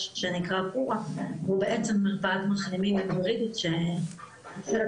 שנקרא "פועה" והוא בעצם מרפאת מחלימים היברידית שנותנת